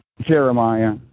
Jeremiah